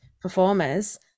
performers